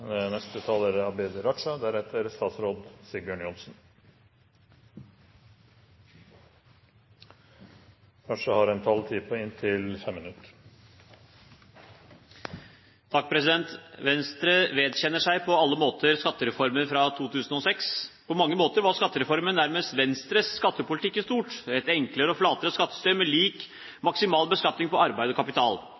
er omme. Venstre vedkjenner seg på alle måter skattereformen fra 2006. På mange måter var skattereformen nærmest Venstres skattepolitikk i stort: et enklere og flatere skattesystem med lik